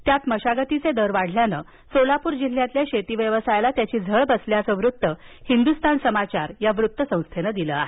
त्यात आता मशागतीचे दरही वाढल्याने सोलापूर जिल्ह्यातील शेतीव्यवसायाला त्याची झळ बसत आहे असं हिंदुस्थान समाचार या वृत्त संस्थेनं म्हटलं आहे